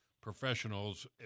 professionals